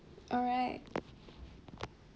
alright